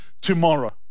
tomorrow